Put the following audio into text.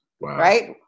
Right